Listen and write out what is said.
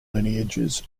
lineages